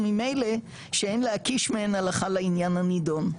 וממילא שאין להקיש מהן הלכה לעניין הנדון.